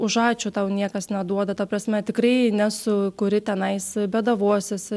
už ačiū tau niekas neduoda ta prasme tikrai nesu kuri tenais bėdavuosiuosi